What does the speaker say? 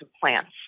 plants